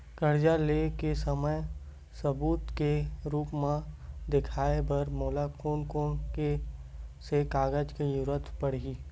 कर्जा ले के समय सबूत के रूप मा देखाय बर मोला कोन कोन से कागज के जरुरत पड़ही?